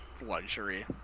luxury